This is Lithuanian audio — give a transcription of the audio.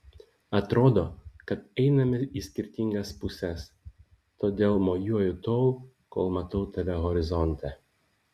atrodo kad einame į skirtingas puses todėl mojuoju tol kol matau tave horizonte